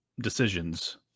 decisions